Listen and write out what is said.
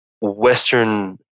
Western